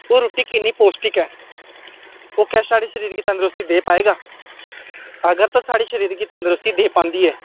ओह् रुट्टी किन्नी पौश्टिक ऐ ओह् क्या साढ़े शरीर गी तंदरुस्ती दे पाएगा अगर ते साढ़े शरीर गी तंदरुस्ती देई पांदी ऐ